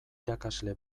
irakasle